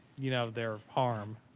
you know, their harm.